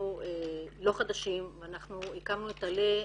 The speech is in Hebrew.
אנחנו לא חדשים ואנחנו הקמנו את על"ה.